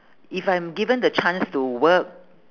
if I'm given the chance to work